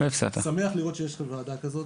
שמח לראות שיש ועדה כזאת,